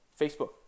Facebook